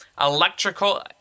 Electrical